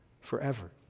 forever